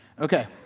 Okay